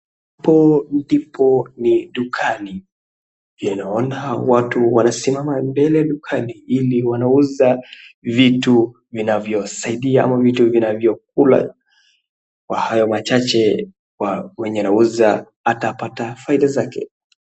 Hapo ndipo ni dukani, ninaona watu wanasimama mbele dukani ili wanauza vitu vinavyosaidia ama vitu vinavyokula, kwa hayo machache mwenye anauza atapata faida zake.